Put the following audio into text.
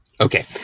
Okay